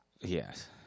yes